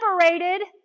separated